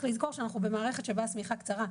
לזכור שאנחנו במערכת שבה השמיכה קצרה,